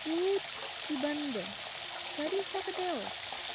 सूची बंद करी सकदे ओ